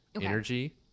Energy